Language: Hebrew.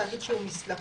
תאגיד שהוא מסלקה,